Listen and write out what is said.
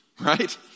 right